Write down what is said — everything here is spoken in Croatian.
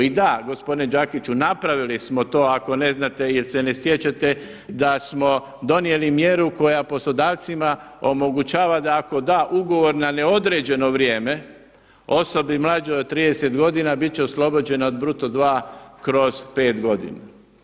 I da gospodine Đakiću, napravili smo to ako ne znate ili se ne sjećate da smo donijeli mjeru koja poslodavcima omogućava da ako da ugovor na neodređeno vrijeme osobi mlađoj od 30 godina bit će oslobođena od bruto dva kroz pet godina.